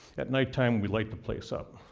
at night time, we light the place up.